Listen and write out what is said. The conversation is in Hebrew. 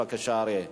בבקשה, אריה.